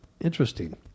Interesting